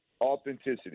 authenticity